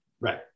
right